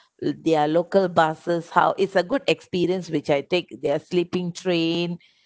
their local buses how it's a good experience which I take their sleeping train